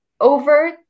over